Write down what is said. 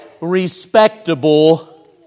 respectable